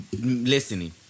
listening